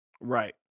Right